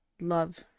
love